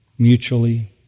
Mutually